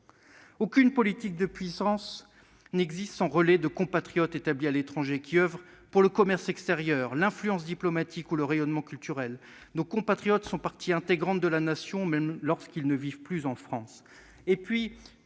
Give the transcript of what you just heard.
Aucune politique de puissance n'existe sans le relais de compatriotes établis à l'étranger, qui oeuvrent pour le commerce extérieur, l'influence diplomatique ou le rayonnement culturel de leur pays. Nos compatriotes font partie intégrante de la Nation, même lorsqu'ils ne vivent plus en France.